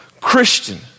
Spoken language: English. Christian